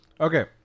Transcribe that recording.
Okay